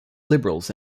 liberals